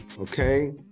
Okay